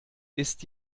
ist